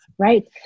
Right